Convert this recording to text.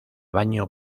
baño